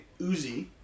Uzi